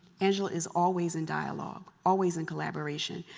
angela is always in dialogue, always in collaboration,